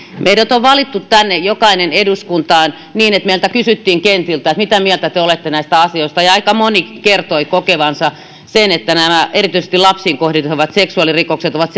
meidät on valittu jokainen tänne eduskuntaan niin että meiltä kysyttiin kentillä mitä mieltä te olette näistä asioista ja aika moni kertoi kokevansa että erityisesti lapsiin kohdistuvat seksuaalirikokset ovat